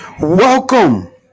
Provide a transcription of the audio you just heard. Welcome